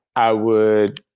i would